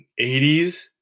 80s